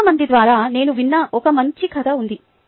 చాలా మంది ద్వారా నేను విన్న ఒక మంచి కథ ఉంది